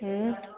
ह्म्म